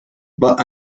but